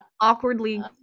awkwardly